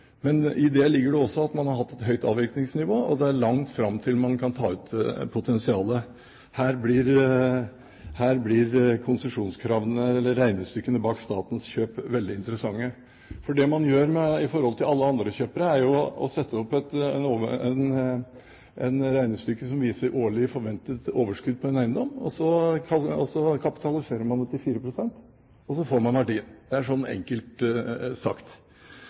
I det ligger også at man har hatt et høyt avvirkningsnivå, og det er langt fram til man kan ta ut potensialet. Her blir konsesjonskravene, eller regnestykkene, bak statens kjøp veldig interessante. Det man gjør i forhold til alle andre kjøpere, er å sette opp et regnestykke som viser årlig forventet overskudd på en eiendom. Man kapitaliserer det til 4 pst., og så får man verdien. Det er sånn, enkelt sagt.